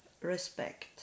respect